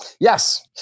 Yes